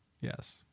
yes